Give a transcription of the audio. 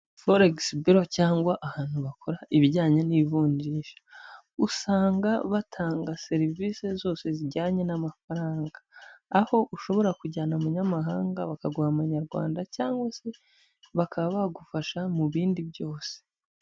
Foregisi biro cyangwa ahantu bakora ibijyanye n'ivunjisha, usanga batanga serivisi zose zijyanye n'amafaranga, aho ushobora kujyana abanyamahanga bakaguha abanyarwanda cyangwa se bakaba bagufasha mu bindi byose.